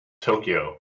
Tokyo